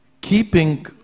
keeping